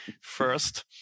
first